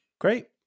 Great